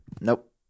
Nope